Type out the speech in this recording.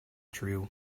true